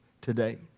today